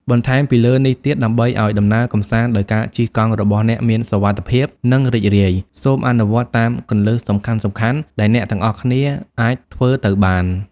បន្ថែមពីលើនេះទៀត ដើម្បីឱ្យដំណើរកម្សាន្តដោយការជិះកង់របស់អ្នកមានសុវត្ថិភាព និងរីករាយ សូមអនុវត្តតាមគន្លឹះសំខាន់ៗដែលអ្នកទាំងអស់គ្នាអាចធ្វើទៅបាន។